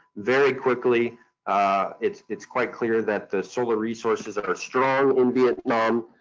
very quickly it's it's quite clear that the solar resources are strong in vietnam.